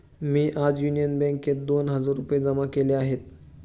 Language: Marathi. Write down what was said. मी आज युनियन बँकेत दोन हजार रुपये जमा केले आहेत